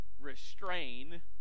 restrain